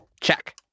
Check